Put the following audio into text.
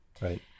right